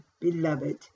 beloved